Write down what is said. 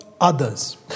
others